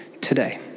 today